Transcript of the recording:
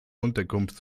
unterkunft